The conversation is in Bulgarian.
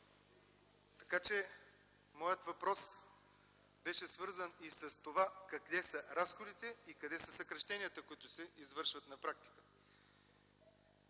Моят въпрос беше свързан и с това къде са разходите и къде са съкращенията, които се извършват на практика?